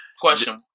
Question